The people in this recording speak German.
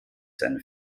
seine